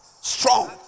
Strong